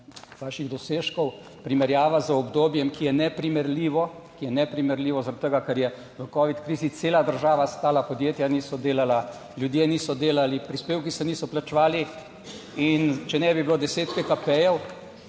vaših dosežkov primerjava z obdobjem, ki je neprimerljivo, ki je neprimerljivo zaradi tega, ker je v covid krizi cela država, ostala podjetja niso delala, ljudje niso delali, prispevki se niso plačevali in če ne bi bilo deset PKP,